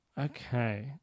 Okay